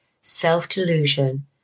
self-delusion